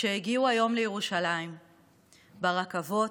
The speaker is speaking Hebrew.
שהגיעו היום לירושלים ברכבות,